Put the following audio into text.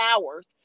hours